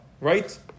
right